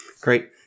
Great